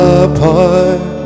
apart